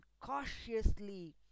cautiously